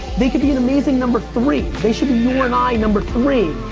they could be an amazing number three. they should be you and i number three.